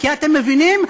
כי אתם מבינים,